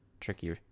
tricky